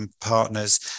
partners